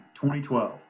2012